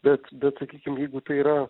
bet bet sakykim jeigu tai yra